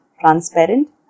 transparent